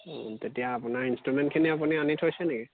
তেতিয়া আপোনাৰ ইনষ্ট্ৰুমেণ্টখিনি আপুনি থৈছে নেকি